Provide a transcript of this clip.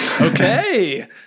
Okay